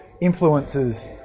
Influences